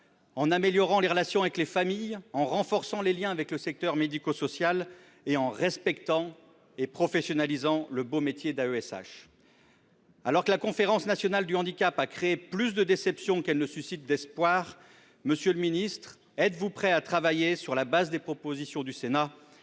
en améliorant les relations avec les familles, en renforçant les liens avec le secteur médico-social, ainsi qu'en respectant et en professionnalisant le beau métier d'AESH. Alors que la Conférence nationale du handicap a créé plus de déceptions qu'elle ne suscite d'espoir, monsieur le ministre, êtes-vous prêt à travailler sur la base des propositions du Sénat à